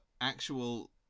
actual